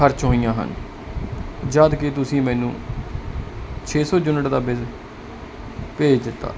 ਖਰਚ ਹੋਈਆਂ ਹਨ ਜਦ ਕਿ ਤੁਸੀਂ ਮੈਨੂੰ ਛੇ ਸੌ ਯੂਨਿਟ ਦਾ ਬਿੱਲ ਭੇਜ ਦਿੱਤਾ